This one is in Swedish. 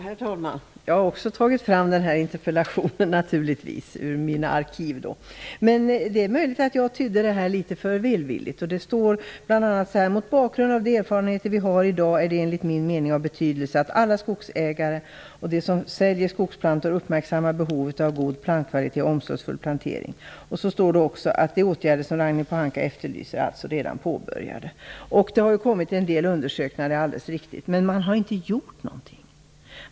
Herr talman! Jag har naturligtvis också tagit fram den här interpellationen ur mina arkiv. Det är möjligt att jag tydde det litet för välvilligt. Det står bl.a: Mot bakgrund av de erfarenheter vi har i dag är det enligt min mening av betydelse att alla skogsägare och de som säljer skogsplantor uppmärksammar behovet av god plantkvalitet och omsorgsfull plantering. Det står också att de åtgärder som Ragnhild Pohanka efterlyser redan är påbörjade. Det har mycket riktigt kommit en del undersökningar, men man har inte gjort någonting.